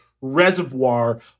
reservoir